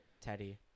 Teddy